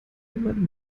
jemand